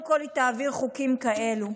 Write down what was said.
שתעביר קודם כול חוקים כאלה,